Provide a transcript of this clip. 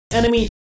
enemy